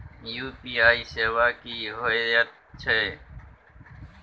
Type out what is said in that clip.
UPI सेवा की होयत छै?